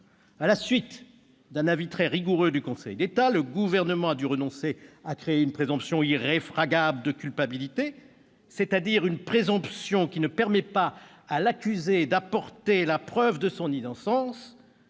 À la suite d'un avis très rigoureux du Conseil d'État, le Gouvernement a dû renoncer à créer une présomption irréfragable de culpabilité, c'est-à-dire une présomption qui ne permet pas à l'accusé d'apporter la preuve de son innocence,